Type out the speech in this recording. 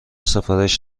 سفارش